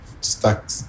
stuck